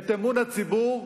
את אמון הציבור,